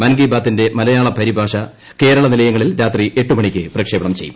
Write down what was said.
മൻ കി ബാതിന്റെ മലയാള പരിഭാഷ കേരള നിലയങ്ങളിൽ രാത്രി എട്ട് മണിക്ക് പ്രക്ഷേപണം ചെയ്യും